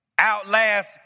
outlast